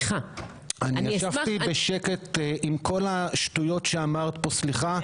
אני ישבתי בשקט עם כל השטויות שאמרת פה, סליחה.